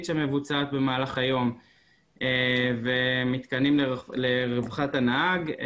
שמבוצעת במהלך היום ומתקנים לרווחת הנהג.